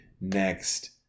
next